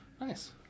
Nice